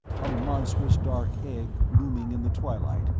a monstrous dark egg looming in the twilight,